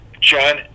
John